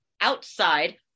outside